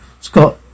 Scott